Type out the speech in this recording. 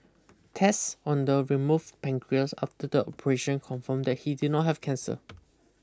tests on the removed pancreas after the operation confirmed that he did not have cancer